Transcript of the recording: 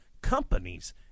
companies